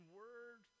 word